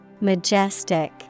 Majestic